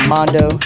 Mondo